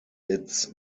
its